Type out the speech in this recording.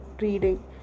reading